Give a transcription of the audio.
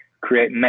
create